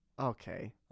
Okay